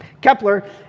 Kepler